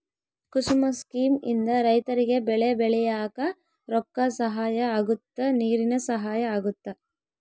ಕುಸುಮ scheme ಇಂದ ರೈತರಿಗೆ ಬೆಳೆ ಬೆಳಿಯಾಕ ರೊಕ್ಕ ಸಹಾಯ ಅಗುತ್ತ ನೀರಿನ ಸಹಾಯ ಅಗುತ್ತ